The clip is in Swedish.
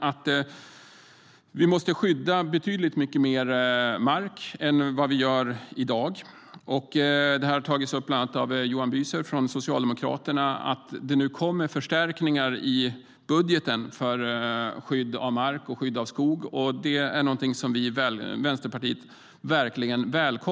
Därför måste vi skydda betydligt mycket mer mark än vi gör i dag. Bland annat Johan Büser från Socialdemokraterna har tagit upp att det nu kommer förstärkningar i budgeten för skydd av mark och skog. Det välkomnar vi i Vänsterpartiet verkligen.